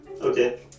Okay